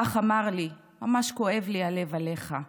האח אמר לי: ממש כואב לי הלב עליך,